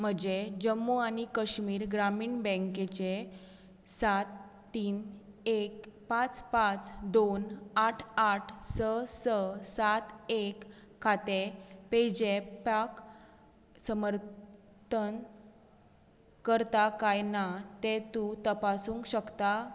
म्हजें जम्मू आनी काश्मीर ग्रामीण बँकेचें सात तीन एक पांच पांच दोन आठ आठ स स सात एक खातें पेझॅपाक समर्थन करता काय ना तें तूं तपासूंक शकता